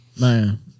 Man